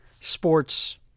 sports